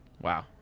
Wow